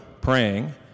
praying